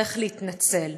נצטרך להתנצל